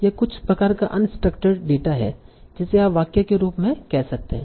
यह कुछ प्रकार का अनस्ट्रक्चर्ड डेटा है जिसे आप वाक्य के रूप में कह सकते हैं